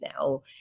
now